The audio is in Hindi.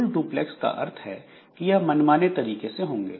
फुल डुप्लेक्स का अर्थ है कि यह मनमाने तरीके से होंगे